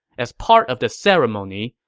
as part of the ceremony,